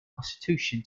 constitution